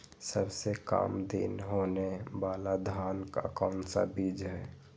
सबसे काम दिन होने वाला धान का कौन सा बीज हैँ?